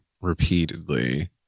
repeatedly